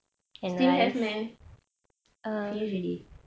still have meh finish already